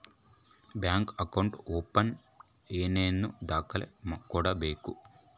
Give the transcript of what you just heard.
Bank account open ಏನೇನು ದಾಖಲೆ ಕೊಡಬೇಕು?